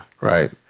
right